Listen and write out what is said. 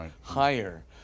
higher